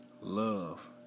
Love